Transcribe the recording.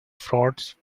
frauds